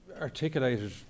articulated